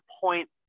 point